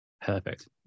Perfect